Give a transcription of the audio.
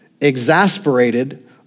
exasperated